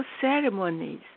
ceremonies